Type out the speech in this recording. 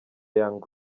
young